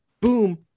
boom